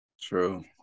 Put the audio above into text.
True